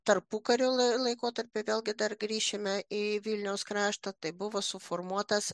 tarpukario lai laikotarpiu vėlgi dar grįšime į vilniaus kraštą tai buvo suformuotas